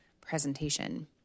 presentation